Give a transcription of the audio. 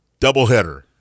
doubleheader